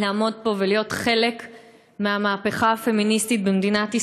לעמוד פה ולהיות חלק מהמהפכה הפמיניסטית במדינת ישראל.